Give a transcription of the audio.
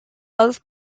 both